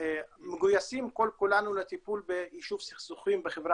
מגויסים כל כולנו לטיפול ביישוב סכסוכים בחברה